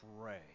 Pray